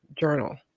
journal